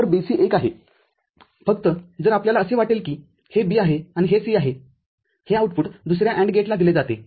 तर BC १ आहे फक्त जर आपल्याला असे वाटले की हे B आहे आणि हे C आहेहे आउटपुट दुसर्या AND गेटला दिले जाते